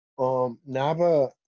NABA